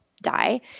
die